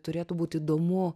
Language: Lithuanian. turėtų būt įdomu